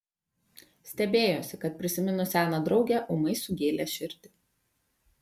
stebėjosi kad prisiminus seną draugę ūmai sugėlė širdį